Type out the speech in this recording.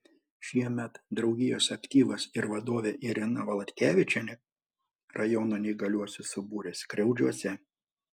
šiemet draugijos aktyvas ir vadovė irena valatkevičienė rajono neįgaliuosius subūrė skriaudžiuose